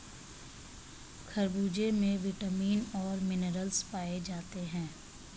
खरबूजे में विटामिन और मिनरल्स पाए जाते हैं